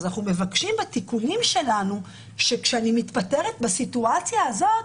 אנחנו מבקשים בתיקונים שלנו שכאשר אני מתפטרת בסיטואציה הזאת,